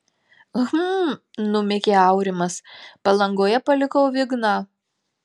hm numykė aurimas palangoje palikau igną